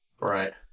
Right